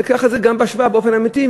ניקח את זה גם בהשוואה באופן אמיתי,